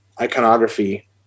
iconography